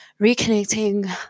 reconnecting